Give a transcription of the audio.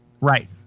Right